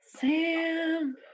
sam